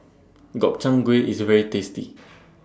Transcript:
Gobchang Gui IS very tasty